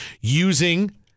using